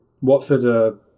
Watford